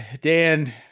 Dan